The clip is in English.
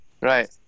right